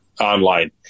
online